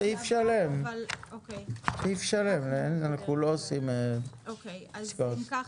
סעיף שלם .אנחנו לא עושים לפי פסקאות או-קיי אז אם כך,